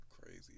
Crazy